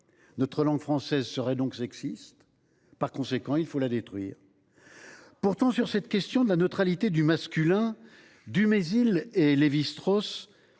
Notre langue française serait donc sexiste ; par conséquent, il faut la détruire. Pourtant, sur cette question de la neutralité du masculin, Georges Dumézil et Claude Lévi Strauss